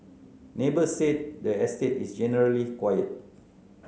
neighbours said the estate is generally quiet